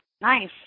Nice